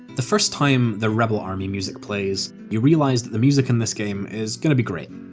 the first time the rebel army music plays, you realise that the music in this game is going to be great.